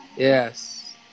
Yes